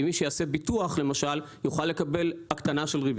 מי שיעשה ביטוח למשל יוכל לקבל הקטנה של ריבית.